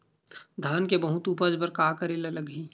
धान के बहुत उपज बर का करेला लगही?